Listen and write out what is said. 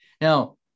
Now